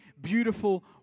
beautiful